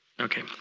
Okay